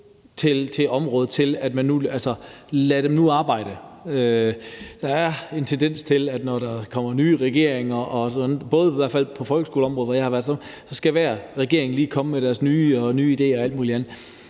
til at man siger: Lad dem nu arbejde. Der er en tendens til, at når der kommer nye regeringer, i hvert fald på folkeskoleområdet, hvor jeg har været, så skal hver ny regering lige komme med deres nye idéer og alt mulig andet.